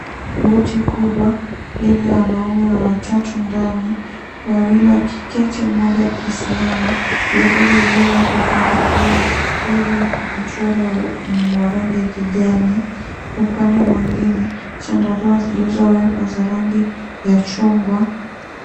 Boti kubwa lenye wanaume watatu ndani wawili wakiketi mmoja akisimama, bendera iliyowekwa upande wa juu yenye mchoro wa rangi ya kijani, upande mwingine chandarua zilizowekwa za rangi ya chungwa.